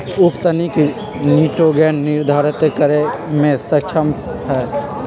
उख तनिक निटोगेन निर्धारितो करे में सक्षम हई